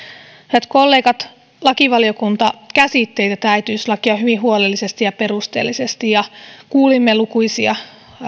hyvät kollegat lakivaliokunta käsitteli tätä äitiyslakia hyvin huolellisesti ja perusteellisesti kuulimme lukuisia